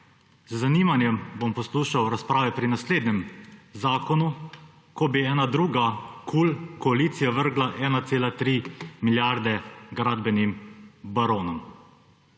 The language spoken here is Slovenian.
Z zanimanjem bom poslušal razprave pri naslednjem zakonu, ko bi ena druga, KUL koalicija vrgla 1,3 milijarde gradbenim baronom.